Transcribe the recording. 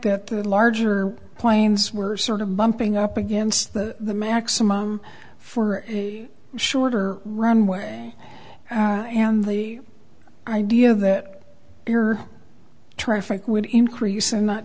that the larger planes were sort of bumping up against the maximum for a shorter runway and the idea that your traffic would increase and not